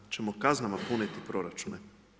Hoćemo kaznama puniti proračune?